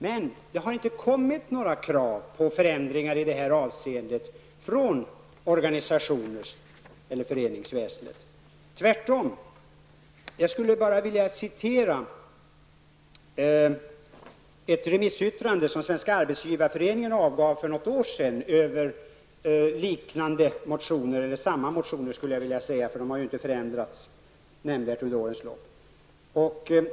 Men det har inte ställts några krav på förändringar i det här avseendet från organisationer eller från föreningsväsendet. Tvärtom. Jag skulle vilja citera ett remissyttrande som Svenska arbetsgivareföreningen avgav för något år sedan över samma motioner -- de har ju inte förändrats nämnvärt under årens lopp.